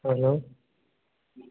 hello